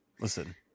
listen